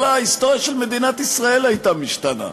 כל ההיסטוריה של מדינת ישראל הייתה משתנה.